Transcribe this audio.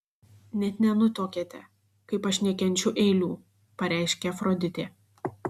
net nenutuokiate kaip aš nekenčiu eilių pareiškė afroditė